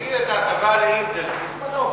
נגיד את ההטבה ל"אינטל", בזמנו.